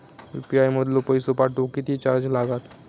UPI मधलो पैसो पाठवुक किती चार्ज लागात?